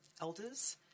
Elders